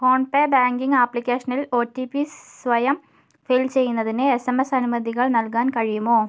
PhonePe banking ആപ്ലിക്കേഷനിൽ O T P സ്വയം fill ചെയ്യുന്നതിന് എസ് എം എസ് അനുമതികൾ നൽകാൻ കഴിയുമോ